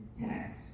text